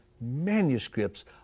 manuscripts